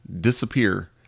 disappear